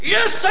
Yes